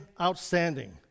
outstanding